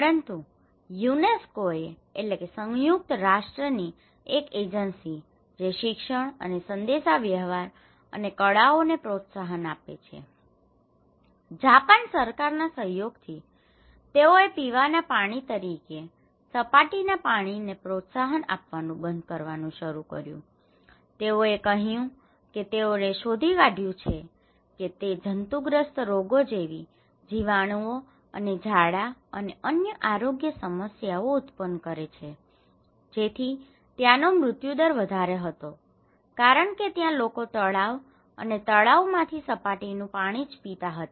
પરંતુ યુનેસ્કોએ UNESCO સંયુક્ત રાષ્ટ્રની એક એજન્સી જે શિક્ષણ અને સંદેશાવ્યવહાર અને કળાઓને પ્રોત્સાહન આપે છે જાપાન સરકારના સહયોગથી તેઓએ પીવાના પાણી તરીકે સપાટીના પાણીને પ્રોત્સાહન આપવાનું બંધ કરવાનું શરૂ કર્યું તેઓએ કહ્યું કે તેઓએ શોધી કાઢ્યું છે કે તે જંતુગ્રસ્ત રોગો જેવી જીવાણુઓ અને ઝાડા અને અન્ય આરોગ્ય સમસ્યાઓ ઉત્પન્ન કરે છે જેથી ત્યાંનો મૃત્યુદર વધારે હતો કારણ કે ત્યાં લોકો તળાવ અને તળાવોમાંથી સપાટીનું પાણી જ પીતા હતા